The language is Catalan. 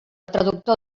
traductor